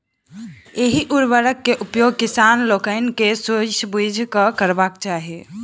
एहि उर्वरक के उपयोग किसान लोकनि के सोचि बुझि कअ करबाक चाही